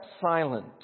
silent